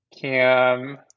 Cam